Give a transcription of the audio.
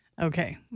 okay